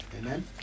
Amen